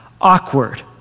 Awkward